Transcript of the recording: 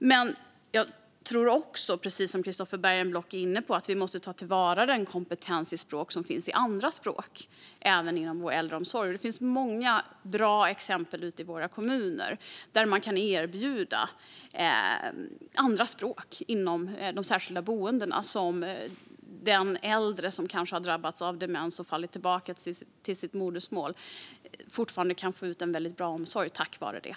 Men jag tror också att vi, precis som Christofer Bergenblock är inne på, måste ta till vara den kompetens i andra språk som finns inom äldreomsorgen. Det finns många bra exempel ute i våra kommuner där man kan erbjuda andra språk inom de särskilda boendena och där den äldre som kanske har drabbats av demens och fallit tillbaka till sitt modersmål fortfarande kan få ut en väldigt bra omsorg tack vare det.